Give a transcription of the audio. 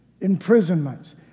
Imprisonments